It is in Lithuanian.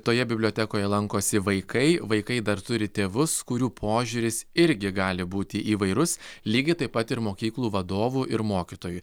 toje bibliotekoje lankosi vaikai vaikai dar turi tėvus kurių požiūris irgi gali būti įvairus lygiai taip pat ir mokyklų vadovų ir mokytojų